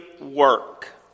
work